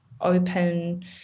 open